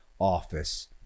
office